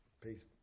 Peace